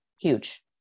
Huge